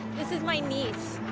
this is my niece.